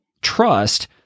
Trust